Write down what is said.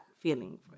feeling